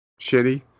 shitty